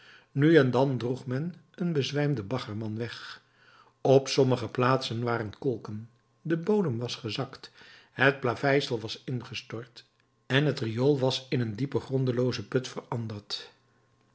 nu en dan droeg men een bezwijmden baggerman weg op sommige plaatsen waren kolken de bodem was gezakt het plaveisel was ingestort en het riool was in een diepen grondeloozen put veranderd